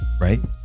right